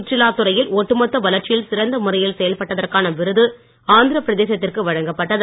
சுற்றுலா துறையில் ஒட்டுமொத்த வளர்ச்சியில் சிறந்த முறையில் செயல்பட்டதற்கான விருது ஆந்திரபிரதேசத்திற்கு வழங்கப்பட்டது